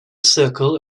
circle